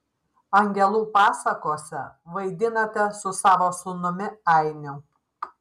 angelų pasakose vaidinate su savo sūnumi ainiu